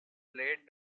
laid